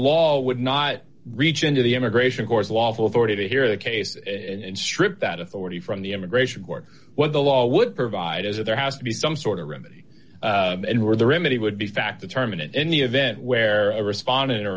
law would not reach into the immigration courts lawful authority to hear the case and strip that authority from the immigration court what the law would provide as there has to be some sort of remedy and where the remedy would be fact to terminate any event where i responded